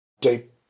deep